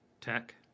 tech